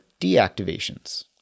deactivations